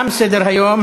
תם סדר-היום.